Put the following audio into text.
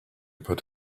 put